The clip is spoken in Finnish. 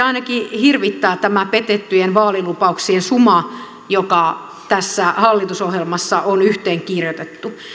ainakin hirvittää tämä petettyjen vaalilupauksien suma joka tässä hallitusohjelmassa on yhteen kirjoitettu